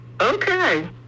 okay